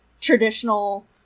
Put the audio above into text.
traditional